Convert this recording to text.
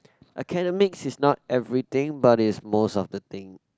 academics is not everything but it's most of the thing